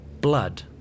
Blood